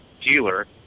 dealer